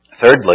Thirdly